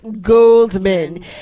Goldman